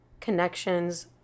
connections